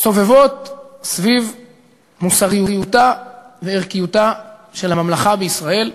סובבות סביב מוסריותה וערכיותה של הממלכה בישראל,